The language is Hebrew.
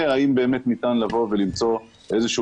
האם באמת ניתן למצוא איזה פתרון לנושא הזה.